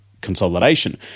consolidation